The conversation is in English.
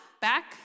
back